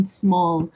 small